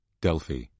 Delphi